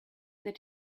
that